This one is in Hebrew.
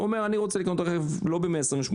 הוא אומר: אני רוצה לקנות רכב לא ב-128,000,